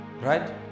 Right